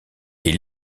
est